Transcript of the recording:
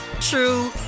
true